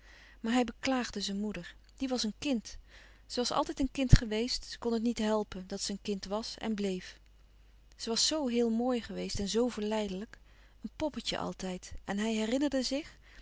maar hij beklaagde zijn moeder die was een kind ze was altijd een kind geweest ze kon niet helpen dat ze een kind was en bleef ze was zoo heel mooi geweest en zoo verleidelijk een poppetje altijd en hij herinnerde zich